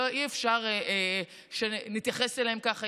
שאי-אפשר שנתייחס אליהם ככה.